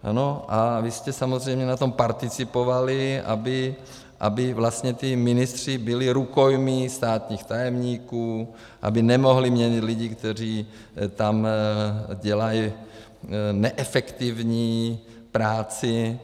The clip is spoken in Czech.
Ano a vy jste samozřejmě na tom participovali, aby vlastně ti ministři byli rukojmí státních tajemníků, aby nemohli měnit lidi, kteří tam dělají neefektivní práci.